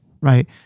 right